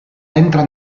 entra